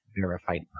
verified